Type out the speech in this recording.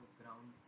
ground